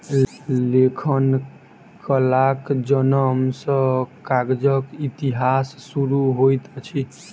लेखन कलाक जनम सॅ कागजक इतिहास शुरू होइत अछि